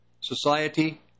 society